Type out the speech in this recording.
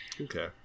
Okay